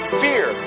fear